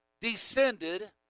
descended